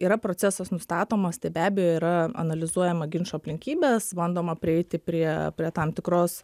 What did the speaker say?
yra procesas nustatomas tai be abejo yra analizuojama ginčo aplinkybės bandoma prieiti prie prie tam tikros